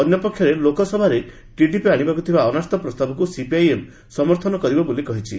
ଅନ୍ୟପକ୍ଷରେ ଲୋକସଭାରେ ଟିଡିପି ଆଶିବାକୁ ଥିବା ଅନାସ୍ଥା ପ୍ରସ୍ତାବକୁ ସିପିଆଇଏମ୍ ସମର୍ଥନ କରିବ ବୋଲି କହିଛି